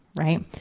right.